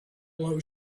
blow